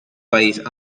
país